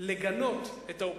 לגנות את האופוזיציה.